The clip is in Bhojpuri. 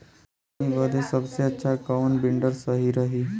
सोहनी बदे सबसे अच्छा कौन वीडर सही रही?